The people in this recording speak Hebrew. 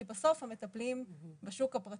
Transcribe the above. כי בסוף המטפלים בשוק הפרטי,